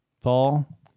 Paul